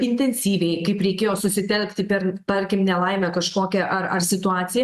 intensyviai kaip reikėjo susitelkti per tarkim nelaimę kažkokią ar ar situaciją